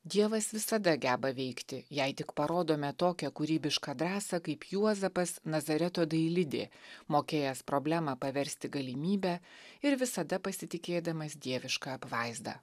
dievas visada geba veikti jei tik parodome tokią kūrybišką drąsą kaip juozapas nazareto dailidė mokėjęs problemą paversti galimybe ir visada pasitikėdamas dieviška apvaizda